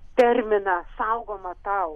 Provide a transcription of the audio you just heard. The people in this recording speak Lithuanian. terminą saugoma tau